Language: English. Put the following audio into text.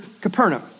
Capernaum